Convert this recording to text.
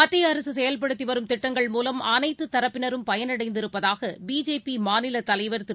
மத்தியஅரசுசெயல்படுத்திவரும் திட்டங்கள் அனைத்துதரப்பினரும் மூலம் பயனடைந்திருப்பதாகபிஜேபிமாநிலத் தலைவர் திரு